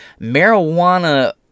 marijuana—